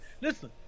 listen